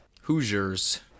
Hoosiers